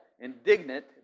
Indignant